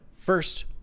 first